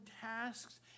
tasks